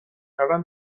کردن